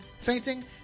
fainting